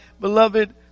beloved